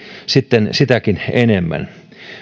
sitten sitäkin enemmän